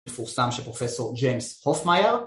מפורסם של פרופ' ג'יימס הופמאייר